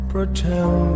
Pretend